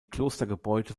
klostergebäude